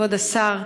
כבוד השר,